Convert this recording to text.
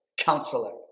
Counselor